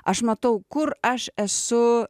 aš matau kur aš esu